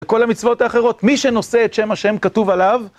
וכל המצוות האחרות, מי שנושא את שם השם כתוב עליו